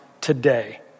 today